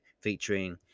featuring